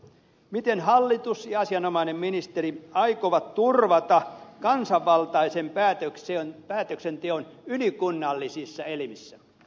miten hallitus ja asianomainen ministeri aikovat turvata kansanvaltaisen päätöksenteon ylikunnallisissa elimissä